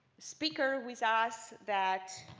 speaker with ah us that